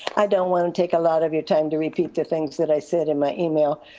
i don't wanna take a lot of your time to repeat the things that i said in my email,